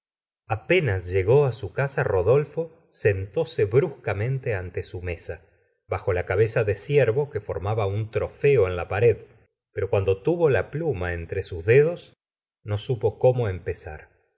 apenas llegó á su casa rodolfo sentóse bruscamente ante su mesa bajo la cabeza de ciervo que formaba un trofeo en la pared pero cuando tuvo la pluma entre sus dedos no supo cómo empezar